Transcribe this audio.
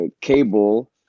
cable